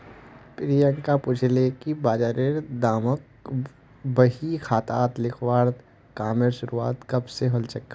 प्रियांक पूछले कि बजारेर दामक बही खातात लिखवार कामेर शुरुआत कब स हलछेक